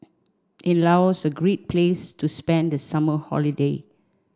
is Laos a great place to spend the summer holiday